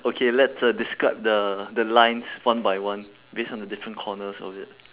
okay let's uh describe the the lines one by one based on the different corners of it